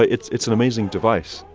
ah it's it's an amazing device,